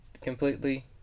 completely